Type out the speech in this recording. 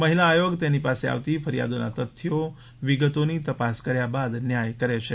મહિલા આયોગ તેની પાસે આવતી ફરિયાદોના તથ્યો વિગતોની તપાસ કર્યા બાદ ન્યાય કરે છે